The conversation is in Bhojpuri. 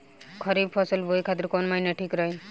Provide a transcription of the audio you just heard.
खरिफ फसल बोए खातिर कवन महीना ठीक रही?